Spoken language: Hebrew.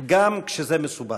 בהם גם כשזה מסובך.